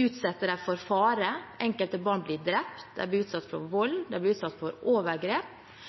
utsetter dem for fare. Enkelte barn blir drept, de blir utsatt for vold, de blir utsatt for overgrep,